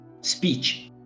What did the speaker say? speech